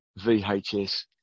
VHS